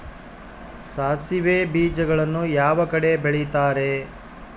ಸಾಸಿವೆ ಬೇಜಗಳನ್ನ ಯಾವ ಕಡೆ ಬೆಳಿತಾರೆ?